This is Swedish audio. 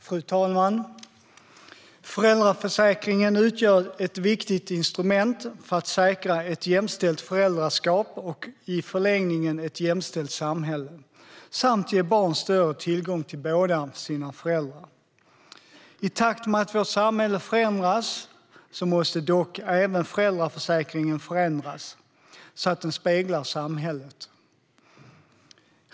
Fru talman! Föräldraförsäkringen utgör ett viktigt instrument för att säkra ett jämställt föräldraskap och i förlängningen ett jämställt samhälle samt för att ge barn större tillgång till båda sina föräldrar. I takt med att vårt samhälle förändras måste dock även föräldraförsäkringen förändras så att den speglar samhället.